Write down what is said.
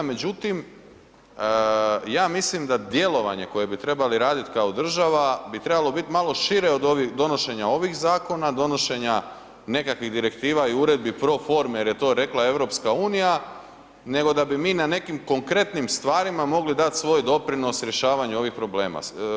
Međutim, ja mislim da djelovanje koje bi trebali raditi kao država bi trebalo biti malo šire od donošenja ovih zakona, donošenja nekakvih direktiva i uredbi proforme jer je to rekla EU, nego da bi mi na nekim konkretnim stvarima mogli dati svoj doprinos rješavanju ovih problema.